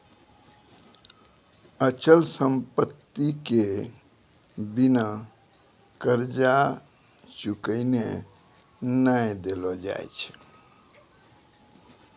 अचल संपत्ति के बिना कर्जा चुकैने नै देलो जाय छै